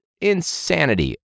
insanity